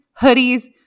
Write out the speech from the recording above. hoodies